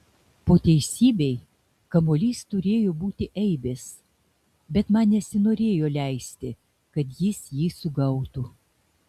po teisybei kamuolys turėjo būti eibės bet man nesinorėjo leisti kad jis jį sugautų